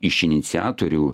iš iniciatorių